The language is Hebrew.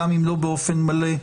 גם אם לא באופן מלא,